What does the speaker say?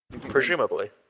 Presumably